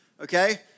okay